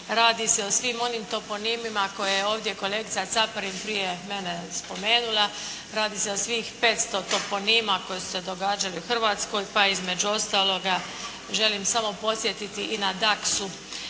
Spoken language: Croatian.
Radi se o svim onim toponimima koje je ovdje kolegica Caparin prije mene spomenula. Radi se o svih 500 toponima koji su se događali u Hrvatskoj. Pa između ostaloga želim samo podsjetiti i na